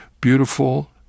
beautiful